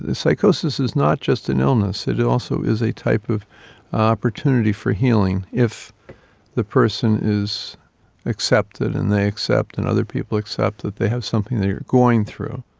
psychosis is not just an illness, it it also is a type of opportunity for healing, if the person is accepted and they accept and other people accept that they have something they are going through,